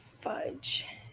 Fudge